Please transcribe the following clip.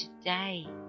today